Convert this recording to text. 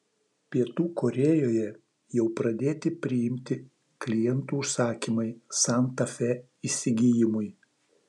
pietų korėjoje jau pradėti priimti klientų užsakymai santa fe įsigijimui